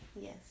Yes